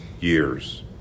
years